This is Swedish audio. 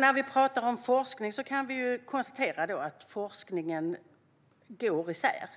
Fru talman! Vi kan konstatera att forskningen går isär.